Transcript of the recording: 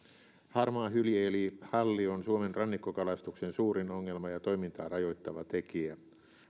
harmaahylje eli halli on suomen rannikkokalastuksen suurin ongelma ja toimintaa rajoittava tekijä